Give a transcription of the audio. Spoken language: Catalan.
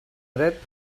dret